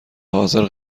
حاضر